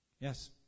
Yes